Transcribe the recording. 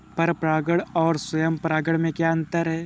पर परागण और स्वयं परागण में क्या अंतर है?